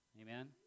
Amen